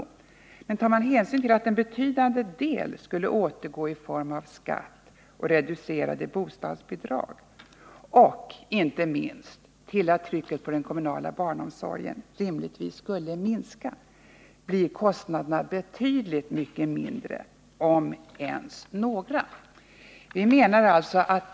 Om man tar hänsyn till att en betydande del av det beloppet skulle återgå i form av skatt och reducerade bostadsbidrag samt — inte minst — att trycket på den kommunala barnomsorgen rimligtvis skulle minska, blir kostnaderna betydligt mindre, om det ens blir några kostnader.